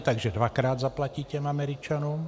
Takže dvakrát zaplatí těm Američanům.